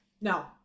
No